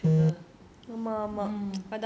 you you should cut down on your sugar